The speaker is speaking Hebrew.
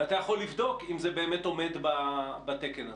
ואתה יכול לבדוק האם זה באמת עומד בתקן הזה?